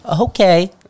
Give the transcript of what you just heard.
Okay